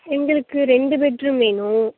எங்களுக்கு ரெண்டு பெட்ரூம் வேணும்